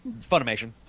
funimation